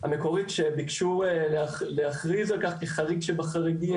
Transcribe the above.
המקורית שביקשו להכריז על כך כחריג שבחריגים,